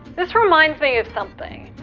this reminds me of something.